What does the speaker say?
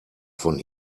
von